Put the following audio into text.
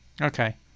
okay